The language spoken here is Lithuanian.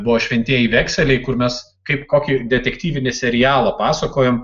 buvo šventieji vekseliai kur mes kaip kokį detektyvinį serialą pasakojom